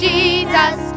Jesus